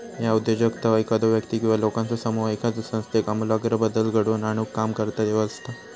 ह्या उद्योजकता एखादो व्यक्ती किंवा लोकांचो समूह एखाद्यो संस्थेत आमूलाग्र बदल घडवून आणुक काम करता तेव्हा असता